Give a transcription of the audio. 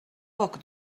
poc